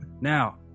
Now